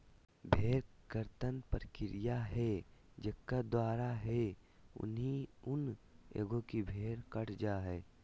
भेड़ कर्तन प्रक्रिया है जेकर द्वारा है ऊनी ऊन एगो की भेड़ कट जा हइ